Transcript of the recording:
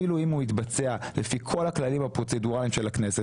אפילו אם הוא יתבצע לפי כל הכללים הפרוצדורליים של הכנסת